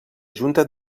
junta